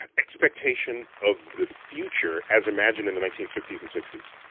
expectation of the future as imagined in the nineteen fifty s and sixty s?